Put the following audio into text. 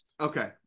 Okay